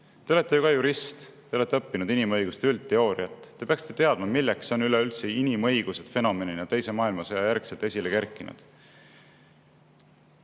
Te olete ju ka jurist. Te olete õppinud inimõiguste üldteooriat. Te peaksite teadma, milleks on üleüldse inimõigused fenomenina teise maailmasõja järgselt esile kerkinud.